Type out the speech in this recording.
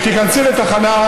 אנחנו, באיטליה,